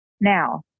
Now